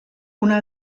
una